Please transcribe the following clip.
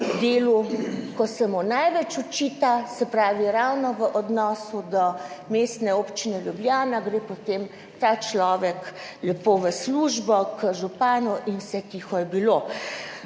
delu, ko se mu največ očita, se pravi ravno v odnosu do Mestne občine Ljubljana, gre potem ta človek lepo v službo k županu in vse tiho je bilo.